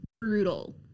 brutal